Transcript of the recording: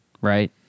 right